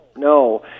No